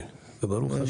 ברוך השם.